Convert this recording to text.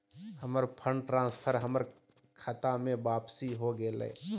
हमर fund transfer हमर खता में वापसी हो गेलय